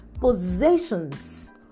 Possessions